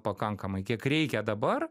pakankamai kiek reikia dabar